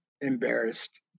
embarrassed